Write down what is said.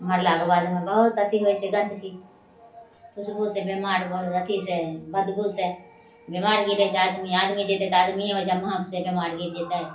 मरलाके बादमे बहुत अथी होइ छै गन्दगी खुशबूसे बेमार अथीसे बदबूसे बेमार गिरै छै आदमी आदमी जएतै तऽ आदमी ओहिजाँ महकसे बेमार गिर जेतै